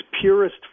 purest